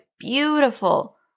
beautiful